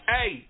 Hey